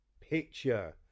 picture